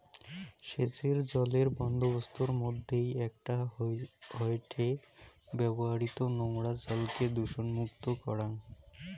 সেচের জলের বন্দোবস্তর মইধ্যে একটা হয়ঠে ব্যবহৃত নোংরা জলকে দূষণমুক্ত করাং